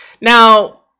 now